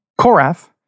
Korath